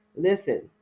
Listen